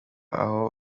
aho